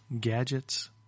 gadgets